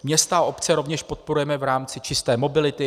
Města a obce rovněž podporujeme v rámci čisté mobility.